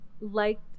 liked